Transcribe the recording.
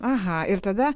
aha ir tada